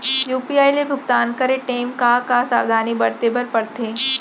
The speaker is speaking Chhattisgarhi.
यू.पी.आई ले भुगतान करे टेम का का सावधानी बरते बर परथे